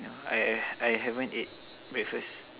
I I I haven't ate breakfast